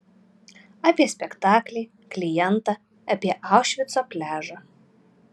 apie spektaklį klientą apie aušvico pliažą